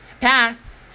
pass